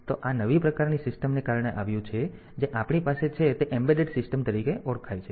તો આ નવી પ્રકારની સિસ્ટમને કારણે આવ્યું છે જે આપણી પાસે છે તે એમ્બેડેડ સિસ્ટમ્સ તરીકે ઓળખાય છે